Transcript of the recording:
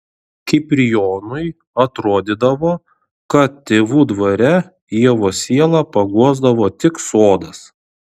kiprijonui atrodydavo kad tėvų dvare ievos sielą paguosdavo tik sodas